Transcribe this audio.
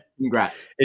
Congrats